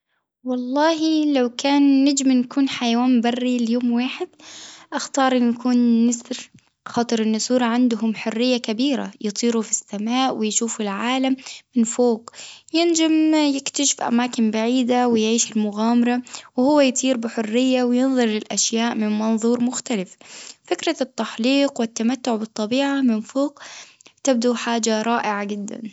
والله لو كان نجم نكون حيوان بري ليوم واحد أختار إني كون نسر خاطر النسور عندهم حرية كبيرة يطيروا في السماء ويشوفوا العالم من فوق، ينجم يكتشف أماكن بعيدة ويعيش المغامرة، وهو يطير بحرية وينظر للأشياء من منظور مختلف، فكرة التحليق والتمتع بالطبيعة من فوق تبدو حاجة رائعة جدًا.